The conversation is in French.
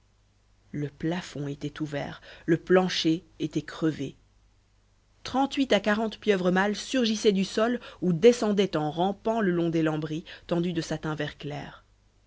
le plafond était ouvert le plancher était crevé trente-huit à quarante pieuvres mâles surgissaient du sol ou descendaient en rampant le long des lambris tendus de satin vert clair